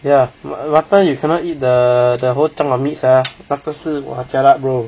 ya mutton you cannot eat the whole chunk of meats ah 那个是 !wah! jialat bro